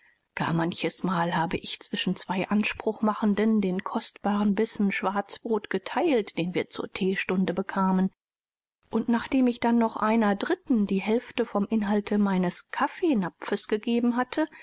gar manchesmal habe ich zwischen zwei anspruchmachenden den kostbaren bissen schwarzbrot geteilt den wir zur theestunde bekamen und nachdem ich dann noch einer dritten die hälfte vom inhalte meines kaffeenapfes gegeben hatte